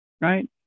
Right